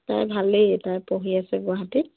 তাই ভালেই তাই পঢ়ি আছে গুৱাহাটীত